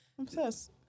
obsessed